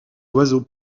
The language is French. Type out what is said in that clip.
oiseaux